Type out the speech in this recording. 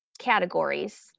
categories